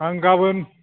आं गाबोन